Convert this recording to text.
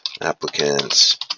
applicants